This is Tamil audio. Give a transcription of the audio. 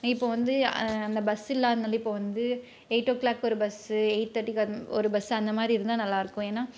இப்போது வந்து அந்த பஸ் இல்லாததுனாலே இப்போது வந்து எயிட் ஓ கிளாக் ஒரு பஸ்ஸு எயிட் தேர்ட்டிக்கு அந் ஒரு பஸ்ஸு அந்தமாதிரி இருந்தால் நல்லா இருக்கும் ஏனால்